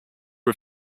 are